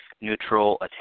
neutral